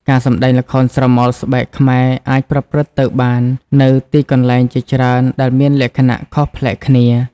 ការសម្តែងល្ខោនស្រមោលស្បែកខ្មែរអាចប្រព្រឹត្តទៅបាននៅទីកន្លែងជាច្រើនដែលមានលក្ខណៈខុសប្លែកគ្នា។